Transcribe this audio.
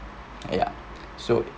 !aiya! so